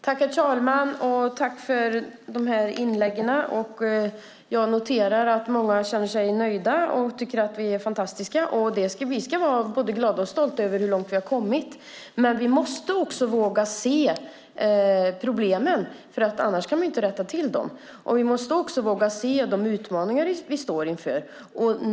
Herr talman! Jag vill tacka för de här inläggen. Jag noterar att många känner sig nöjda och tycker att vi är fantastiska. Och vi ska vara både glada och stolta över hur långt vi har kommit, men vi måste också våga se problemen, för annars kan vi inte rätta till dem. Vi måste också våga se de utmaningar vi står inför.